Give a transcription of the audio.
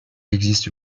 existe